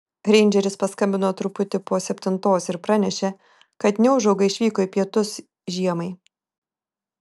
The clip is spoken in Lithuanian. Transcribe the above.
reindžeris paskambino truputį po septintos ir pranešė kad neūžauga išvyko į pietus žiemai